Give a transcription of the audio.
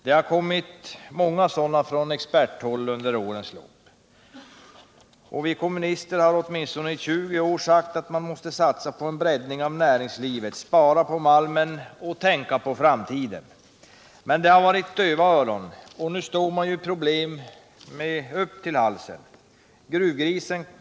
Det har kommit många sådana från experthåll under årens lopp, och vi kommunister har åtminstone i 20 år sagt att man måste satsa på en breddning av näringslivet, spara på malmen och tänka på framtiden. Men vi har talat för döva öron, och nu står man med problem upp till halsen.